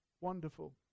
wonderful